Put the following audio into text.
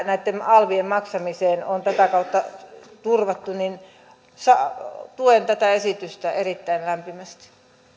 näitten alvien maksamiseen on tätä kautta turvattu tuen tätä esitystä erittäin lämpimästi